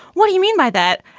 what do you mean by that?